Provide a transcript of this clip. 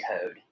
code